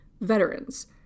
veterans